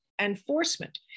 enforcement